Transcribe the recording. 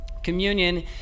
Communion